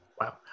wow